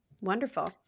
Wonderful